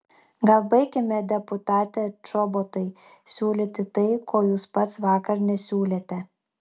gal baikime deputate čobotai siūlyti tai ko jūs pats vakar nesiūlėte